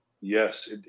Yes